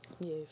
Yes